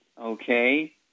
Okay